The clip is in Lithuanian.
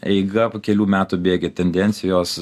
eiga po kelių metų bėgyje tendencijos